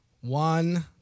One